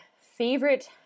favorite